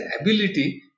ability